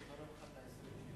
אני תורם לך את ה-20 שלי.